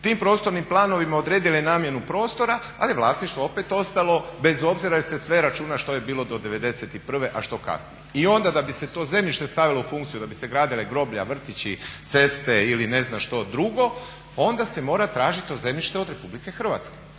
tim prostornim planovima odredile namjenu prostora ali je vlasništvo opet ostalo bez obzira jel' se sve računa što je bilo do '91., a što kasnije. I onda da bi se to zemljište stavilo u funkciju, da bi se gradila groblja, vrtići, ceste ili ne znam što drugo onda se mora tražiti to zemljište od RH. I problem